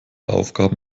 aufgaben